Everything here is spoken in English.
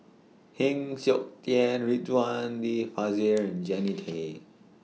Heng Siok Tian Ridzwan Dzafir and Jannie Tay